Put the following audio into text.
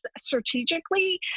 strategically